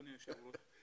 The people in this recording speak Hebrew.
אדוני היושב ראש,